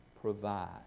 provide